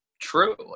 true